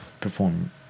perform